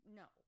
no